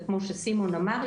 וכמו שסימון אמר,